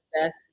best